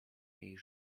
jej